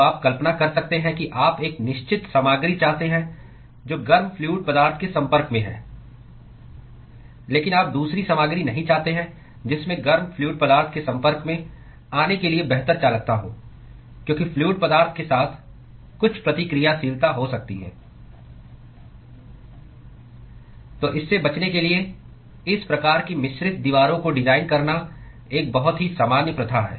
तो आप कल्पना कर सकते हैं कि आप एक निश्चित सामग्री चाहते हैं जो गर्म फ्लूअड पदार्थ के संपर्क में है लेकिन आप दूसरी सामग्री नहीं चाहते हैं जिसमें गर्म फ्लूअड पदार्थ के संपर्क में आने के लिए बेहतर चालकता हो क्योंकि फ्लूअड पदार्थ के साथ कुछ प्रतिक्रियाशीलता हो सकती है तो इससे बचने के लिए इस प्रकार की मिश्रित दीवारों को डिजाइन करना एक बहुत ही सामान्य प्रथा है